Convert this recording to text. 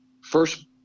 first